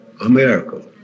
America